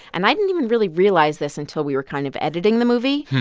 and i didn't even really realize this until we were kind of editing the movie.